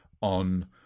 on